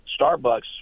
Starbucks